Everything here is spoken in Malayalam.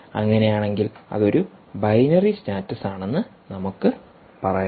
അങ്ങനെയാണെങ്കിൽ അത് ഒരു ബൈനറി സ്റ്റാറ്റസ് ആണെന്ന് നമുക്ക് പറയാം